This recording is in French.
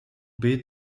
baies